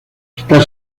está